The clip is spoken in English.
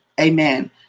Amen